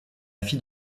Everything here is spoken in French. fille